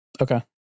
Okay